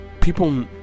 people